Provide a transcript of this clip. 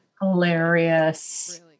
hilarious